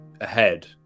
ahead